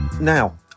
now